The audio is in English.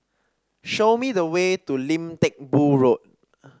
show me the way to Lim Teck Boo Road